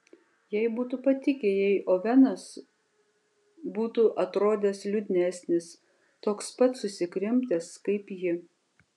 jai būtų patikę jei ovenas būtų atrodęs liūdnesnis toks pat susikrimtęs kaip ji